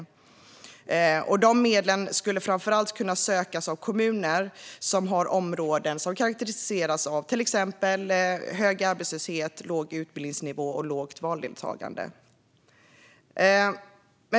De avsatta medlen skulle framför allt kunna sökas av kommuner som har områden som karakteriseras av exempelvis hög arbetslöshet, låg utbildningsnivå och lågt valdeltagande.